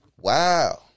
wow